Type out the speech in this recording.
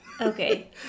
Okay